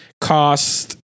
cost